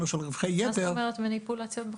של רווחי יתר --- מה זאת אומרת מניפולציות בחוק?